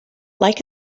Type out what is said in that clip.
like